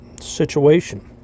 situation